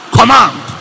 command